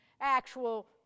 actual